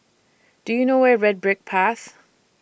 Do YOU know Where IS Red Brick Path